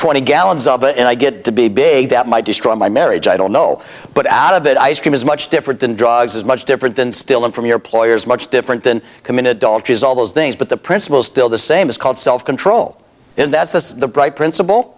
twenty gallons of it and i get to be big that might destroy my marriage i don't know but out of that ice cream is much different than drugs as much different than still and from your ploy is much different than committed adultery is all those things but the principle still the same is called self control is that the right princip